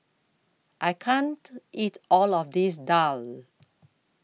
I can't eat All of This Daal